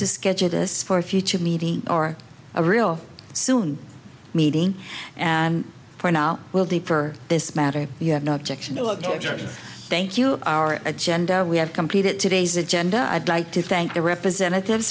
to schedule this for a future meeting or a real soon meeting and for now will be for this matter you have no objection ok thank you our agenda we have completed today's agenda i'd like to thank the representatives